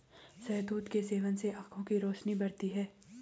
शहतूत के सेवन से आंखों की रोशनी बढ़ती है